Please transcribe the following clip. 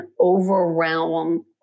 overwhelm